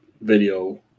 video